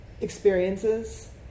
experiences